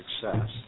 success